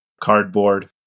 cardboard